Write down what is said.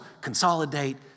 consolidate